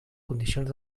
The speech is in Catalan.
condicions